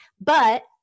But-